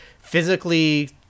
physically